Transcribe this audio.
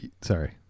sorry